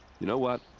you know what?